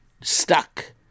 stuck